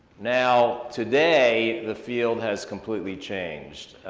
now today, the field has completely changed.